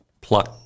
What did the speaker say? pluck